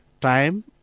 Time